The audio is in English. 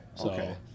okay